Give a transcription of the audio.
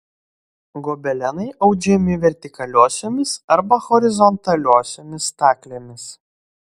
gobelenai audžiami vertikaliosiomis arba horizontaliosiomis staklėmis